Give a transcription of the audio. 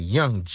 Young